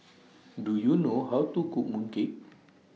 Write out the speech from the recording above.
Do YOU know How to Cook Mooncake